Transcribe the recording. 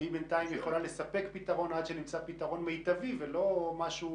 שהיא בינתיים יכולה לספק פתרון עד שנמצא פתרון מיטבי ולא משהו